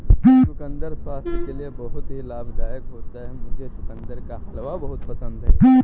चुकंदर स्वास्थ्य के लिए बहुत ही लाभदायक होता है मुझे चुकंदर का हलवा बहुत पसंद है